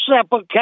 separate